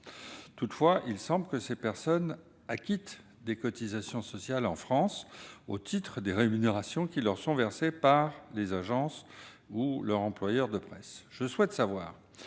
Toutefois, il semble que ces personnes acquittent des cotisations sociales en France, au titre des rémunérations qui leur sont versées par les agences ou par leur employeur de presse. Cela signifie-t-il